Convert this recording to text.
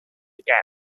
again